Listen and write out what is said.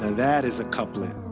ah that is a couplet.